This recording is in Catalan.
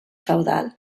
feudal